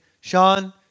Sean